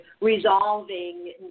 resolving